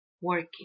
working